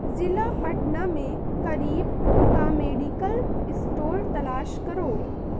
ضلع پٹنہ میں قریب کا میڈیکل اسٹور تلاش کرو